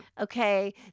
okay